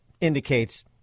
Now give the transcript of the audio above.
indicates